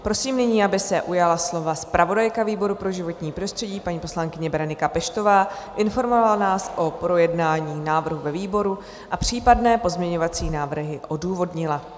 Prosím nyní, aby se ujala slova zpravodajka výboru pro životní prostředí, paní poslankyně Berenika Peštová, informovala nás o projednání návrhu ve výboru a případné pozměňovací návrhy odůvodnila.